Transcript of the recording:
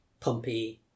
pumpy